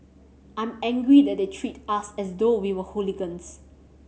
I'm angry that they treat us as though we were hooligans